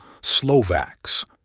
Slovaks